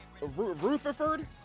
Rutherford